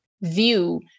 view